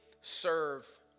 serve